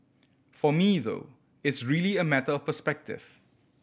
for me though it's really a matter of perspective